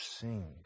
sing